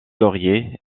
laurier